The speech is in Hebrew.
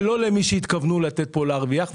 ולא מי שהתכוונו לתת לו להרוויח פה,